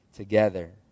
Together